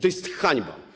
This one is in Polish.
To jest hańba.